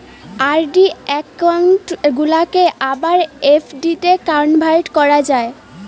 RD account গুলাকে আবার এফ.ডিতে কনভার্ট করা যায়